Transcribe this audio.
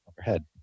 overhead